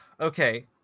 Okay